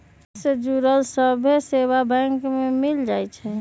वित्त से जुड़ल सभ्भे सेवा बैंक में मिल जाई छई